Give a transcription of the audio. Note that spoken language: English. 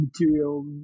material